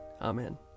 Amen